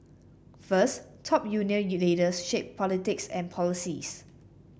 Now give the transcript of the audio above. first top union leaders shape politics and policies